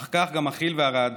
אך כך גם החיל והרעדה,